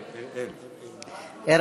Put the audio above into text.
אֵראל, אראל.